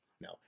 No